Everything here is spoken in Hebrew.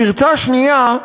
פרצה שנייה,